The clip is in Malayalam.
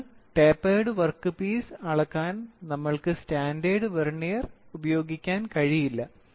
അതിനാൽ ടാപ്പേർഡ് വർക്ക്പീസ് അളക്കാൻ നമ്മൾക്ക് സ്റ്റാൻഡേർഡ് വെർനിയർ ഉപയോഗിക്കാൻ കഴിയില്ല